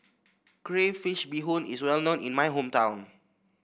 Crayfish Beehoon is well known in my hometown